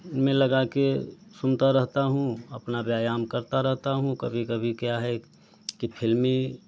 में लगाकर सुनता रहता हूँ अपना व्यायाम करता रहता हूँ कभी कभी क्या है कि फ़िल्मी